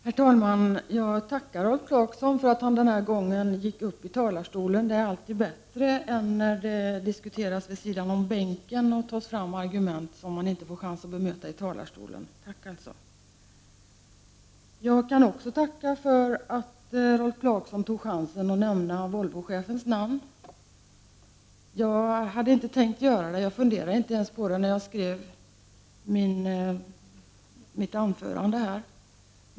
Herr talman! Jag tackar Rolf Clarkson för att han denna gång gick upp i talarstolen. Det är alltid bättre än när han diskuterar vid sidan av bänken och tar fram argument, som man inte får en chans att bemöta i talarstolen. Jag vill även tacka Rolf Clarkson för att han tog chansen att nämna Volvochefens namn. Jag hade inte tänkt göra det. Jag funderade inte ens på det, när jag förberedde mitt anförande.